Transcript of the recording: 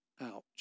Ouch